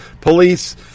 police